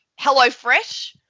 HelloFresh